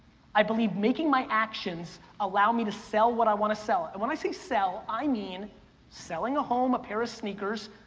i believe making my actions allow me to sell what i wanna sell. and when i say sell, i mean selling a home, a pair of sneakers,